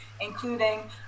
including